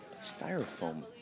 Styrofoam